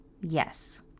Yes